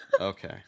okay